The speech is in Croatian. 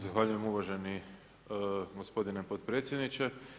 Zahvaljujem uvaženi gospodine podpredsjedniče.